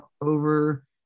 over